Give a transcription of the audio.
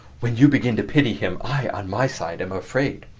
when you begin to pity him, i, on my side, am afraid.